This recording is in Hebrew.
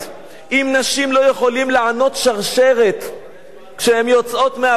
אם נשים לא יכולות לענוד שרשרת כשהן יוצאות מהבית,